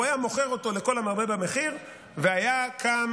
הוא היה מוכר אותו לכל המרבה במחיר, והיה קם